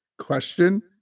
question